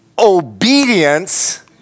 Obedience